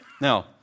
Now